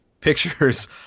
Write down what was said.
pictures